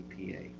epa